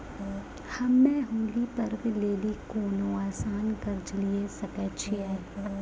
हम्मय होली पर्व लेली कोनो आसान कर्ज लिये सकय छियै?